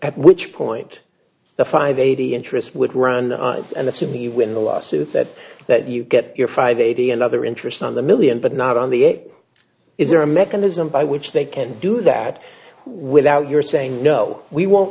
at which point the five eighty interest would run assuming you win the lawsuit that that you get your five eighty and other interest on the million but not on the it is there a mechanism by which they can do that without your saying no we won't